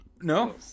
No